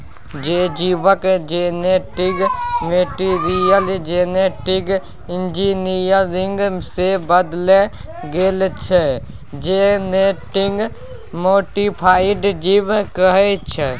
जे जीबक genetic material genetic engineering सँ बदलि गेल छै जेनेटिक मोडीफाइड जीब कहाइ छै